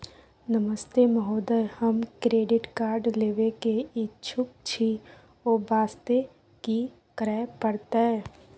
नमस्ते महोदय, हम credit card लेबे के इच्छुक छि ओ वास्ते की करै परतै?